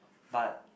but